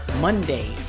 monday